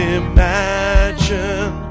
imagine